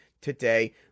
today